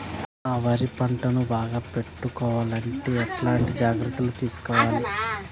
నా వరి పంటను బాగా పెట్టుకోవాలంటే ఎట్లాంటి జాగ్రత్త లు తీసుకోవాలి?